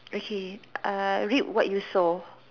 okay uh reap what you sow